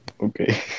Okay